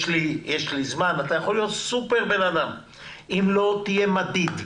אתה יכול להיות סופר בן אדם אבל אם לא תהיה מדיד,